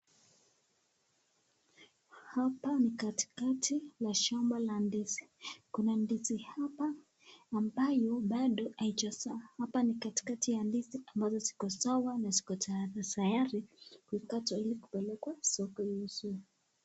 Hapa ni katikati ya shamba la ndizi kuna miti hapa ambayo bado haijazaa ,hapa ni katikati ya ndizi ambazo ziko sawa na ziko tayari kukatwa ili kupelekwa sokoni iuzwe.